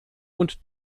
und